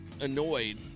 annoyed